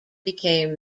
became